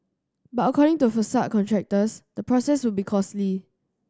but according to facade contractors the process would be costly